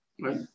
Right